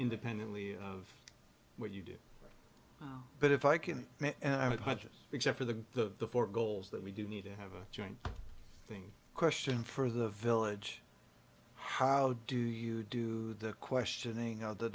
independently of what you do but if i can except for the four goals that we do need to have a joint thing question for the village how do you do the questioning of the